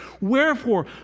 Wherefore